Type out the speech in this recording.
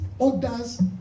others